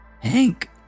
Hank